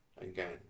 again